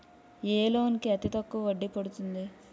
ఏ loan కి అతి తక్కువ వడ్డీ పడుతుంది?